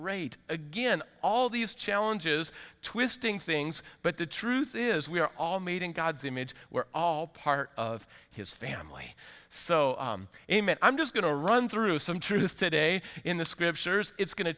rate again all these challenges twisting things but the truth is we are all made in god's image we're all part of his family so him and i'm just going to run through some truth a day in the scriptures it's going to